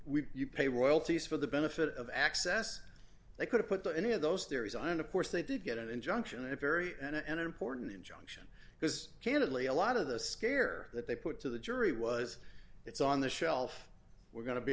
we you pay royalties for the benefit of access they could put any of those theories on and of course they did get an injunction in a very and important injunction because candidly a lot of the scare that they put to the jury was it's on the shelf we're going to be